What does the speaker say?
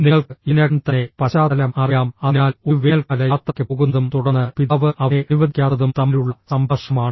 നിങ്ങൾക്ക് ഇതിനകം തന്നെ പശ്ചാത്തലം അറിയാം അതിനാൽ ഒരു വേനൽക്കാല യാത്രയ്ക്ക് പോകുന്നതും തുടർന്ന് പിതാവ് അവനെ അനുവദിക്കാത്തതും തമ്മിലുള്ള സംഭാഷണമാണ്